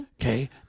Okay